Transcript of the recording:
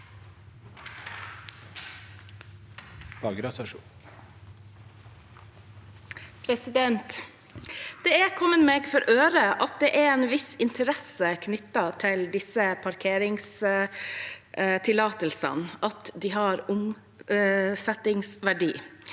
Det er kommet meg for øre at det er en viss interesse knyttet til disse parkeringstillatelsene, at de har omsetningsverdi.